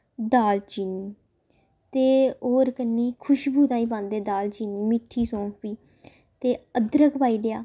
दाल चीनी ते होर कन्नै खुश्बू ताईं पांदे दाल चीनी मिट्ठी सौंफ बी ते अदरक पाई लेआ